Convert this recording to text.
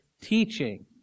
teaching